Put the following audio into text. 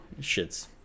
shits